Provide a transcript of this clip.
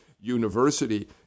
University